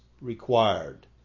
required